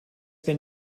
been